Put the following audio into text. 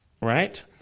right